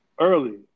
early